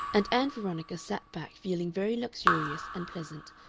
and ann veronica sat back feeling very luxurious and pleasant,